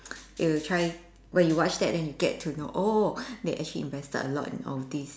they will try when you watch that then you get to know oh they actually invested a lot in all this